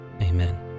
Amen